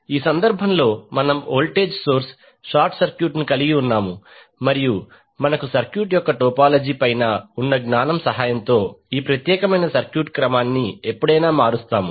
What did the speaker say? ఈ సందర్భంలో మనము వోల్టేజ్ సోర్స్ షార్ట్ సర్క్యూట్ ను కలిగి ఉన్నాము మరియు మనకు సర్క్యూట్ యొక్క టోపోలాజి పైన ఉన్న జ్ఞానం సహాయంతో ఈ ప్రత్యేకమైన సర్క్యూట్ క్రమాన్ని ఎప్పుడైనా మారుస్తాము